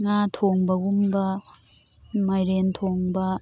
ꯉꯥ ꯊꯣꯡꯕꯒꯨꯝꯕ ꯃꯥꯏꯔꯦꯟ ꯊꯣꯡꯕ